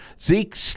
Zeke